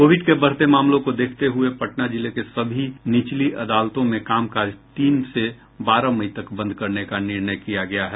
Covid के बढ़ते मामलों को देखते हुये पटना जिले की सभी निचली अदालतों में कामकाज तीन से बारह मई तक बंद करने का निर्णय किया गया है